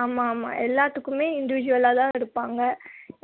ஆமாம் ஆமாம் எல்லாத்துக்குமே இன்டிவிஜுவலாகதான் எடுப்பாங்க